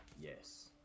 Yes